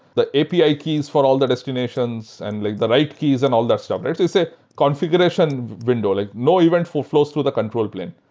the api ah keys for all the destinations and like the right keys and all that stuff. let's just say configuration window. like no eventful flows through the control plane.